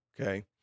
okay